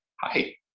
hi